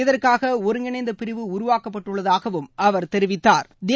இதற்காக ஒருங்கிணைந்த பிரிவு உருவாக்கப்பட்டுள்ளதாகவும் அவர் தெரிவித்தாா்